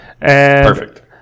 Perfect